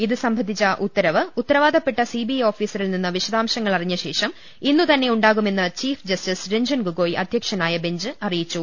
ഇതു സംബന്ധിച്ച ഉത്തരവ് ഉത്തരവാദ്യപ്പെട്ട് സിബിഐ ഓഫീ സിറിൽ നിന്ന് വിശദാംശങ്ങൾ അറിഞ്ഞൾേഷം ഇന്നു തന്നെ ഉണ്ടാ കുമെന്ന് ചീഫ് ജസ്റ്റിസ് രഞ്ജൻഗൊഗോയ് അധ്യക്ഷനായ ബെഞ്ച് അറിയിച്ചു